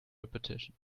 repetition